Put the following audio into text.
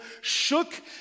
shook